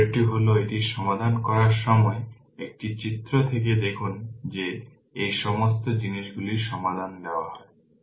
এর পরেরটি হল এটি সমাধান করার সময় একটি চিত্র থেকে দেখুন যে এই সমস্ত জিনিসগুলির সমাধান দেওয়া হয়